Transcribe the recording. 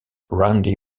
randy